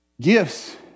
gifts